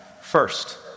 First